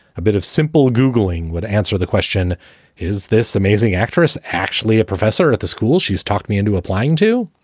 a bit of simple googling would answer the question is this amazing actress actually a professor at the school she's talked me into applying to?